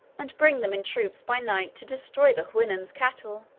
and bring them in troops by night to destroy the houyhnhnms' cattle,